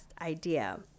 idea